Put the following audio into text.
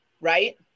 Right